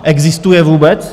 Existuje vůbec?